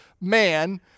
man